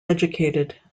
educated